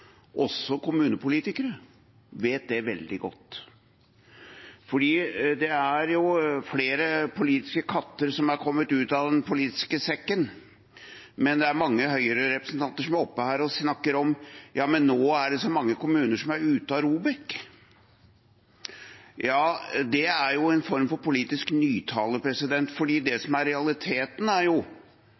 Også kommunepolitikere vet det veldig godt. Det er flere politiske katter som har kommet ut av den politiske sekken. Det er mange Høyre-representanter som er oppe her og snakker om at nå er det så mange kommuner som er ute av ROBEK. Det er jo en form for politisk nytale, for det som er realiteten, er